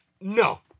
No